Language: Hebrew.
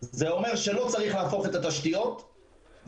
זה אומר שלא צריך להפוך את התשתיות ופתרנו